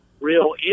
real